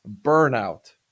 burnout